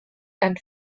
and